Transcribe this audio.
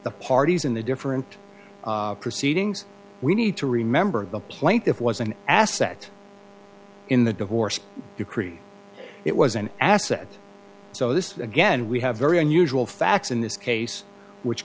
parties in the different proceedings we need to remember the plaintiff was an asset in the divorce decree it was an asset so this again we have very unusual facts in this case which